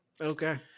Okay